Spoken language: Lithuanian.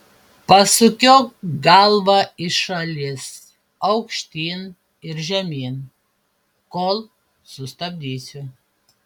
pasukiok galvą į šalis aukštyn ir žemyn kol sustabdysiu